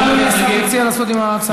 מה אדוני השר מציע לעשות עם ההצעה?